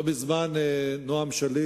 לא מזמן נועם שליט,